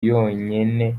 yonyene